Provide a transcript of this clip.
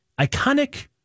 Iconic